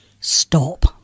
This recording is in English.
stop